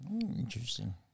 Interesting